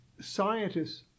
Scientists